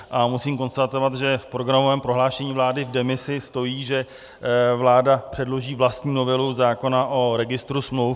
Musím konstatovat, že v programovém prohlášení vlády v demisi stojí, že vláda předloží vlastní novelu zákona o registru smluv.